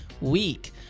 week